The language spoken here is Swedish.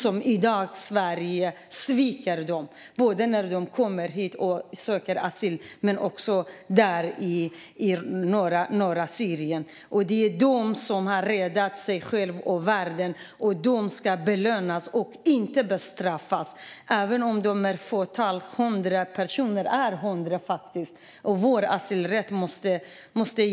I dag sviker Sverige dem: de som söker asyl här och de som befinner sig i norra Syrien. De har räddat sig själva och världen, och de ska belönas, inte bestraffas. Även om det är fråga om ett fåtal personer - hundra - måste asylrätten gälla även dem.